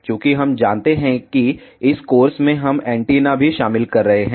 चूंकि हम जानते हैं कि इस कोर्स में हम एंटीना भी शामिल कर रहे हैं